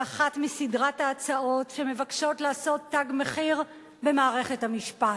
היא אחת מסדרת ההצעות שמבקשות לעשות "תג מחיר" במערכת המשפט.